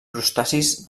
crustacis